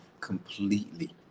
completely